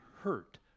hurt